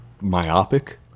myopic